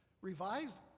Revised